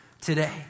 today